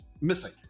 missing